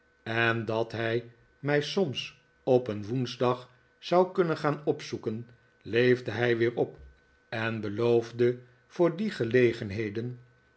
en dat hij mij soms op een woensdag zou kunnen gaan opzoeken leefde hij weer op en beloofde voor die gelegenheden